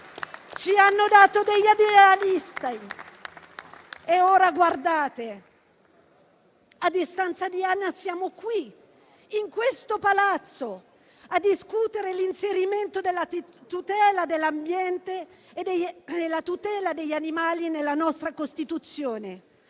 Ci hanno dato degli idealisti e ora guardate: a distanza di anni siamo qui, in questo Palazzo, a discutere l'inserimento della tutela dell'ambiente e degli animali nella nostra Costituzione.